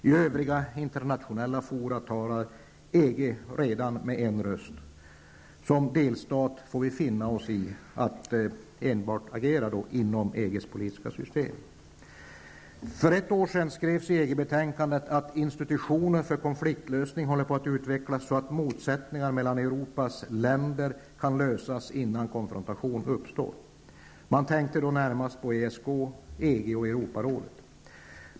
I övriga internationella fora talar EG redan med en röst. Som delstat får vi finna oss i att agera enbart inom EGs politiska system. För ett år sedan skrevs i EG-betänkandet att ''institutioner för konfliktlösning håller på att utvecklas så att motsättningar mellan alla Europas länder kan lösas innan konfrontation uppstår''. Man tänkte då närmast på ESK, EG och Europarådet.